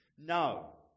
No